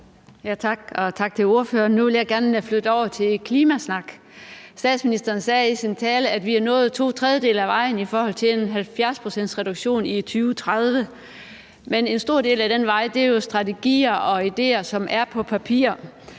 Tak. Og tak til ordføreren. Nu vil jeg gerne gå over til en klimasnak. Statsministeren sagde i sin tale, at vi er nået to tredjedele af vejen i forhold til en 70-procentsreduktion i 2030. Men en stor del af den vej er jo strategier og idéer, som er på papir.